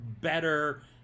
better